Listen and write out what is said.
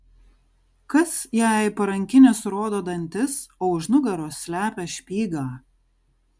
kas jei parankinis rodo dantis o už nugaros slepia špygą